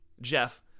Jeff